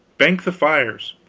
bank the fires